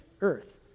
earth